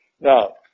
Now